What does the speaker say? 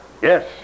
Yes